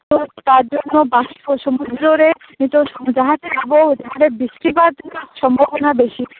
ᱛᱚ ᱛᱟᱨ ᱡᱚᱱᱱᱚ ᱵᱟᱥᱯᱚ ᱥᱚᱢᱩᱫᱽᱫᱨᱚ ᱨᱮ ᱱᱤᱛᱚᱜ ᱡᱟᱦᱟᱸ ᱥᱮᱫ ᱟᱵᱚ ᱡᱟᱦᱟᱸ ᱨᱮ ᱵᱤᱥᱴᱤᱯᱟᱛ ᱨᱮᱱᱟᱜ ᱥᱚᱢᱵᱷᱚᱵᱚᱱᱟ ᱵᱮᱥᱤ